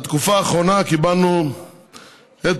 בתקופה האחרונה קיבלנו לכך